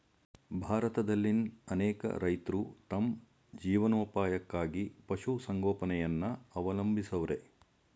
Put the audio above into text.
ಭಾರತದಲ್ಲಿನ್ ಅನೇಕ ರೈತ್ರು ತಮ್ ಜೀವನೋಪಾಯಕ್ಕಾಗಿ ಪಶುಸಂಗೋಪನೆಯನ್ನ ಅವಲಂಬಿಸವ್ರೆ